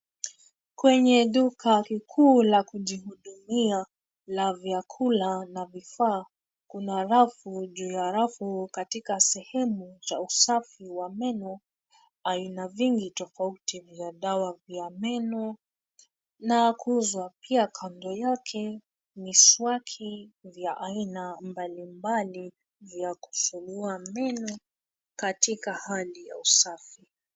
Kwenye duka kikuu la kujihudumia la vyakula na vifaa, kuna rafu juu ya rafu katika sehemu za usafi wa meno. Aina vingi tofauti vya dawa vya meno na kuuza pia kando yake miswaki vya aina mbalimbali vya kusugua meno katika hali ya usafi.